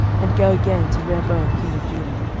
and go again to rehoboam king of judah.